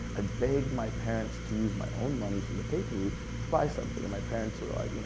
i begged my parents to use my own money from the paper route to buy something. and my parents were like, you know